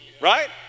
Right